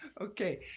Okay